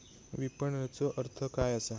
विपणनचो अर्थ काय असा?